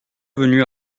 venu